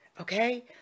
Okay